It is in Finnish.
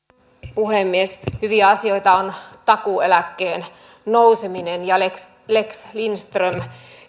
puhemies hyviä asioita on takuueläkkeen nouseminen ja lex lex lindström